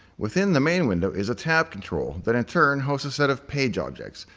within the main window is a tab control that in turn hosts a set of page objects,